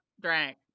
drink